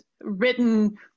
written